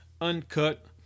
uncut